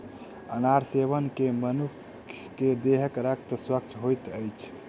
अनार सेवन मे मनुख के देहक रक्त स्वच्छ होइत अछि